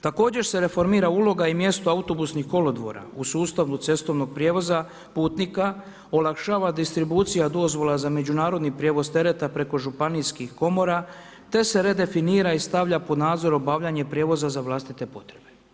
Također se reformira uloga i mjesto autobusnih kolodvora u sustavu cestovnog prijevoza putnika, olakšava distribucija dozvola za međunarodni prijevoz tereta preko županijskih komora, te se redefinira i stavlja pod nadzor obavljanje prijevoza za vlastite potrebe.